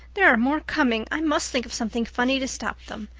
there are more coming! i must think of something funny to stop them.